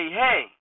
hey